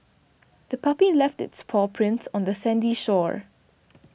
the puppy left its paw prints on the sandy shore